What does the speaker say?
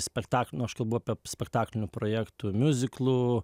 spektaklių nu aš kalbu apie spektaklinių projektų miuziklų